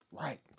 Right